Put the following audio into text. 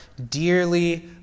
Dearly